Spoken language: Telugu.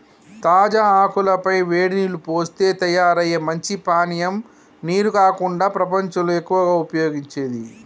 తాజా ఆకుల పై వేడి నీల్లు పోస్తే తయారయ్యే మంచి పానీయం నీరు కాకుండా ప్రపంచంలో ఎక్కువగా ఉపయోగించేది